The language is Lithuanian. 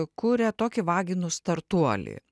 kuria tokį vaginų startuolį